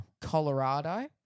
Colorado